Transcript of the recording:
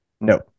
no